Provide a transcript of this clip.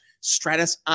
Stratus